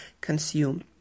consume